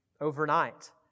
overnight